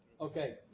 Okay